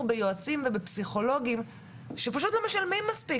ביועצים ובפסיכולוגים שפשוט לא משלמים להם מספיק.